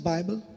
Bible।